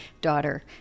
daughter